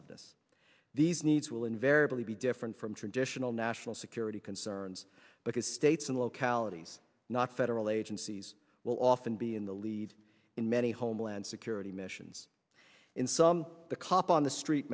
of this these needs will invariably be different from traditional national security concerns because states and localities not federal agencies will often be in the lead in many homeland security missions in some the cop on the street